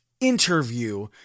interview